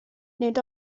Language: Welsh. nid